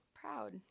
Proud